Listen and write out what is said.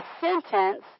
sentence